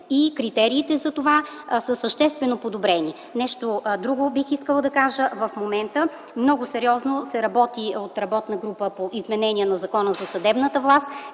и критериите за това са съществено подобрени. Бих искала да кажа нещо друго. В момента много сериозно се работи от работна група по изменение на Закона за съдебната власт,